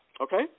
okay